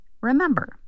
Remember